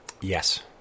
Yes